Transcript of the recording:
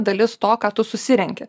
dalis to ką tu susirenki